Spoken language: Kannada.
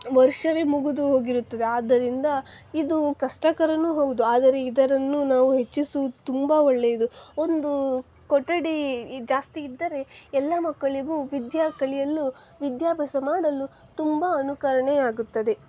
ವರ್ಷವೇ ಮುಗಿದು ಹೋಗಿರುತ್ತದೆ ಆದ್ದರಿಂದ ಇದು ಕಷ್ಟಕರವೂ ಹೌದು ಆದರೆ ಇದನ್ನು ನಾವು ಹೆಚ್ಚಿಸುದು ತುಂಬ ಒಳ್ಳೆಯದು ಒಂದು ಕೊಠಡಿ ಇ ಜಾಸ್ತಿ ಇದ್ದರೆ ಎಲ್ಲ ಮಕ್ಕಳಿಗೂ ವಿದ್ಯೆ ಕಲಿಯಲು ವಿದ್ಯಾಭ್ಯಾಸ ಮಾಡಲು ತುಂಬ ಅನುಕರಣೆ ಆಗುತ್ತದೆ